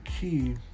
key